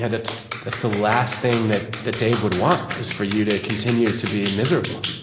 yeah that's that's the last thing that that dave would want is for you to continue to be miserable.